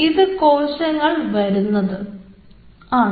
ഇത് കോശങ്ങൾ വരുന്നത് ആണ്